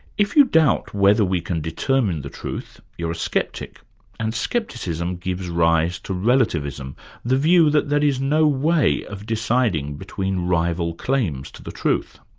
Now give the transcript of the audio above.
if you doubt whether we can determine the truth, you're a sceptic and scepticism gives rise to relativism the view that there is no way of deciding between rival claims to the truth.